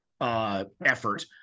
effort